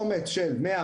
קובץ של 100,